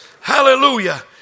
Hallelujah